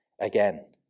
again